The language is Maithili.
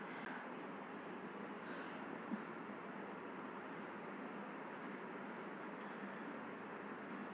चीन सौंसे दुनियाँ मे सबसँ बेसी अंगुर उपजाबै छै दुनिया केर कुल बेपारक सोलह प्रतिशत